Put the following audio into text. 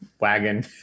wagon